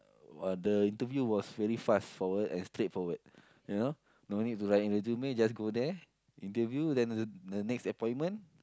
uh the interview was very fast-forward and straightforward you know no need to write a resume just go there interview then the the next appointment